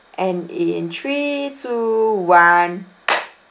and in three two one